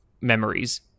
memories